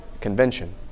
convention